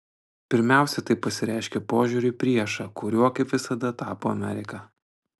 pirmiausia tai pasireiškė požiūriu į priešą kuriuo kaip visada tapo amerika